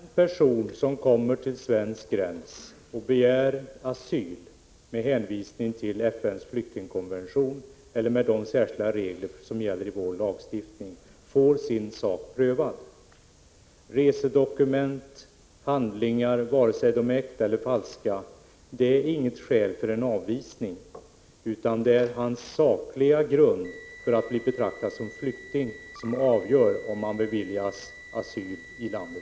Fru talman! Jag vill klarlägga att den person som kommer till svensk gräns och begär asyl med hänvisning till FN:s flyktingkonvention eller de särskilda regler som gäller i vår lagstiftning får sin sak prövad. Enbart resedokument och andra handlingar — oavsett om de är äkta eller falska — är inget skäl för en avvisning. Det är personens sakliga grunder för att bli betraktad som flykting som avgör om han beviljas asyl i landet.